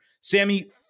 Sammy